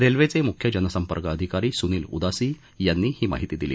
रेल्वेचे मूख्य जनसंपर्क अधिकारी सूनील उदासी यांनी ही माहिती दिली